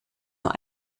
nur